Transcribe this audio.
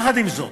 יחד עם זאת,